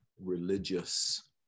religious